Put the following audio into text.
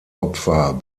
opfer